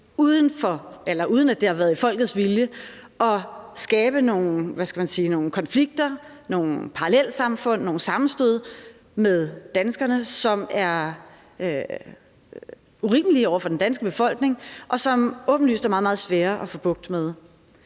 uden at det har været folkets vilje, og skabt nogle konflikter – nogle parallelsamfund, nogle sammenstød med danskerne – som er urimelige over for den danske befolkning, og som åbenlyst er meget, meget svære at få bugt med.